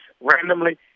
randomly